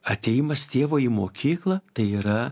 atėjimas tėvo į mokyklą tai yra